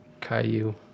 Caillou